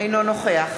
אינו נוכח